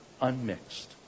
unmixed